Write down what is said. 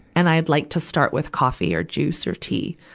and i'd like to start with coffee or juice or tea.